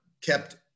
kept